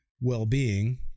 well-being